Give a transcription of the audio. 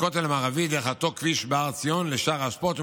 לכותל המערבי דרך אותו כביש בהר ציון לשער האשפות,